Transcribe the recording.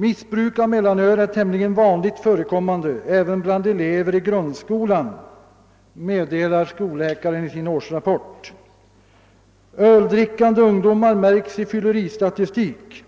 Missbruk av mellanöl är tämligen vanligt förekommande även bland elever i grundskolan, meddelar skolläkaren enligt tidningen i sin årsrapport. >»Öldrickande ungdomar märks i fylleristatistiken«,